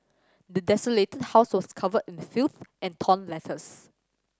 the desolated house was covered in filth and torn letters